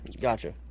Gotcha